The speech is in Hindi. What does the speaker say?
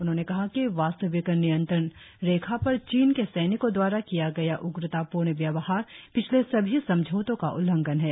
उन्होंने कहा कि वास्तविक नियंत्रण रेखा पर चीन के सैनिकों द्वारा किया गया उग्रतापूर्ण व्यवहार पिछले सभी समझौतों का उल्लंघन है